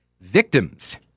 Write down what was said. Victims